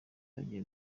bagiye